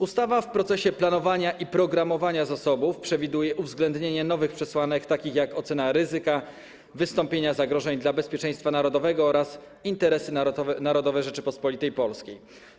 Ustawa w procesie planowania i programowania zasobów przewiduje uwzględnienie nowych przesłanek, takich jak ocena ryzyka wystąpienia zagrożeń dla bezpieczeństwa narodowego oraz interesy narodowe Rzeczypospolitej Polskiej.